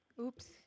Oops